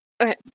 Okay